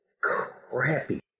crappy